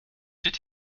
did